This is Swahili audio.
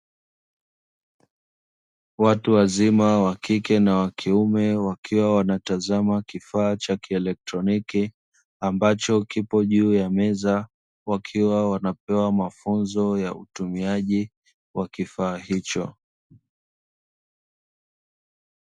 Watu wazima wa kike na wa kiume wakiwa wanatazama kifaa cha kielotroniki ambacho kipo juu ya meza, wakiwa wanapewa mafunzo ya utumiaji wa kifaa hicho.